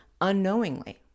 unknowingly